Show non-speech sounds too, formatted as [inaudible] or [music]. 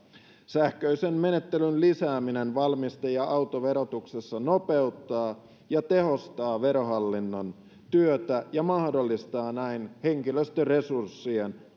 sähköisen menettelyn lisääminen valmiste ja autoverotuksessa nopeuttaa ja tehostaa verohallinnon työtä ja mahdollistaa näin henkilöstöresurssien [unintelligible]